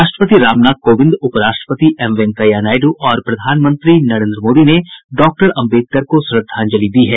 राष्ट्रपति रामनाथ कोविंद उपराष्ट्रपति एम वेंकैया नायडू और प्रधानमंत्री नरेन्द्र मोदी ने डॉक्टर अम्बेडकर को श्रद्धांजलि दी है